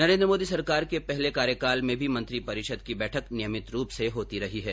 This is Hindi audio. नरेन्द्र मोदी सरकार के पहले कार्यकाल में भी मंत्रिपरिषद की बैठक नियमित रूप से होती रही है